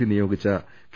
C നിയോഗിച്ച K